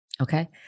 Okay